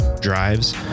drives